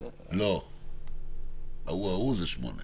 הצבעה בעד פה אחד אושר אושר פה אחד.